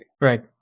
right